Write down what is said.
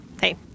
hey